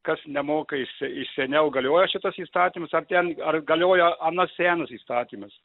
kas nemoka iš iš seniau galioja šitas įstatymas ar ten ar galioja anas senas įstatymas